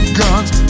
guns